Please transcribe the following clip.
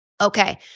Okay